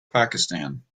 pakistan